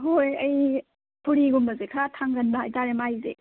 ꯍꯣꯏ ꯑꯩ ꯐꯨꯔꯤꯒꯨꯝꯕꯁꯦ ꯈꯔ ꯊꯥꯡꯒꯟꯕ ꯍꯥꯏꯇꯔꯦ ꯃꯥꯏꯁꯦ